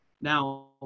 Now